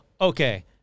Okay